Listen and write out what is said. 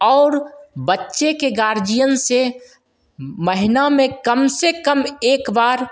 और बच्चे के गार्जियन से महीना में कम से कम एक बार